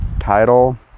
title